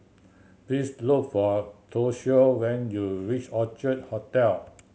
please look for Toshio when you reach Orchard Hotel